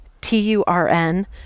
t-u-r-n